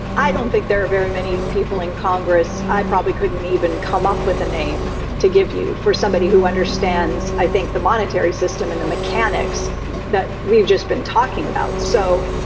i don't think there are very many people in congress. i probably couldn't even come up with a name to give you for somebody who understands. i think the monetary system and the mechanics that we've just been talking about. so